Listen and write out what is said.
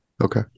okay